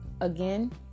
again